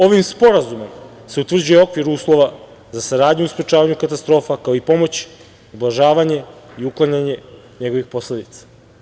Ovim sporazumom se utvrđuje okvir uslova za saradnju u sprečavanju katastrofa, kao i pomoć, ublažavanje i uklanjanje njegovih posledica.